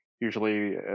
usually